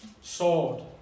sword